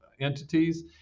entities